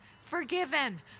forgiven